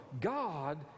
God